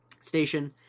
station